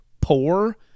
poor